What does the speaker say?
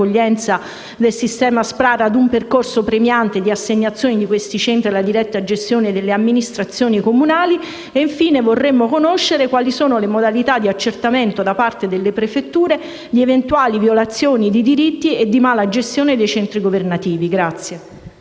del sistema SPRAR, a un percorso premiante di assegnazione di questi centri alla diretta gestione delle amministrazioni comunali. Infine, vorremmo conoscere quali sono le modalità di accertamento, da parte delle prefetture, di eventuali violazioni di diritti e di mala gestione dei centri governativi.